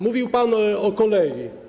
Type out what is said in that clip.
Mówił pan o kolei.